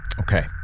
Okay